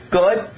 good